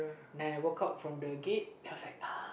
and I walk out from the gate I was like uh